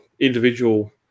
individual